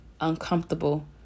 uncomfortable